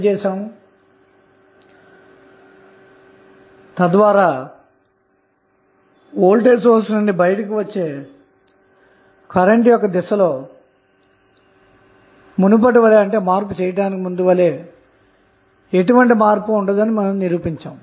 ఇప్పుడు ఆధారితమైన voltage source కలిగినటువంటి మరొక ఉదాహరణ తీసుకుందాము